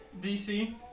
DC